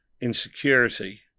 insecurity